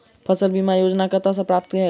फसल बीमा योजना कतह सऽ प्राप्त कैल जाए?